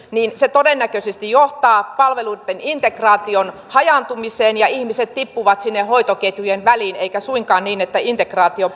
todennäköisesti johtaa palveluitten integraation hajaantumiseen ja ihmiset tippuvat sinne hoitoketjujen väliin eikä suinkaan integraatio